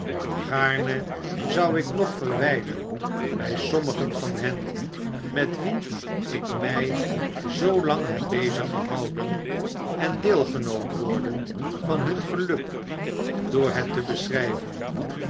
gaarne zou ik nog verwijlen bij sommigen van hen met wie ik my zoolang heb bezig gehouden en deelgenoot worden van hun geluk door het te beschrijven